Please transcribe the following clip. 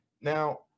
Now